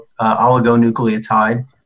oligonucleotide